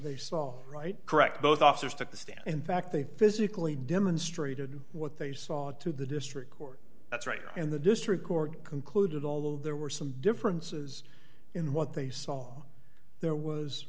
they saw right correct both officers took the stand in fact they physically demonstrated what they saw to the district court that's right in the district court concluded although there were some differences in what they saw there was